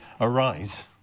Arise